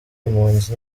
impunzi